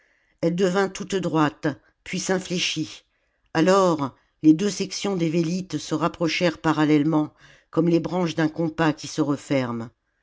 elle devint toute droite puis s'infléchit alors les deux sections des vélites se rapprochèrent parallèlement comme les branches d'un compas qui se referme